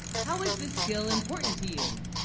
how is this skill important to you?